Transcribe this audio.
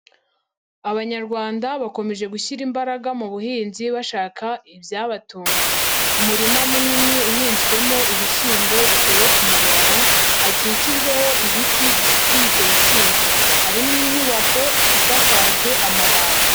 Abanyarwanda bakomeje gushyira imbaraga mu buhinzi bashaka ibyabatunga, umurima munini uhinzwemo ibishyimbo bitewe ku murongo hakikijweho ibiti bizitiye ibyo bishyimbo, harimo inyubako isakajwe amabati.